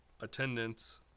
attendance